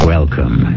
Welcome